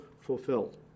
fulfilled